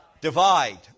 Divide